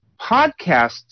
Podcasts